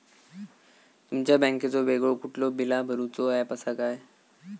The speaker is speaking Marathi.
तुमच्या बँकेचो वेगळो कुठलो बिला भरूचो ऍप असा काय?